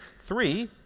three,